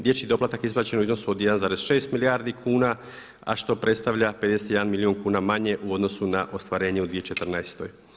Dječji doplatak isplaćen u iznosu od 1,6 milijardi kuna a što predstavlja 51 milijun kuna manje u odnosu na ostvarenje u 2014.